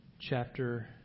chapter